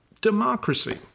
democracy